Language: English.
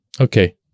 Okay